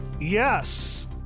Yes